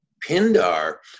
Pindar